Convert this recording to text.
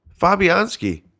Fabianski